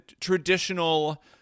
traditional